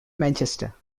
manchester